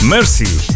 Mercy